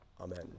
Amen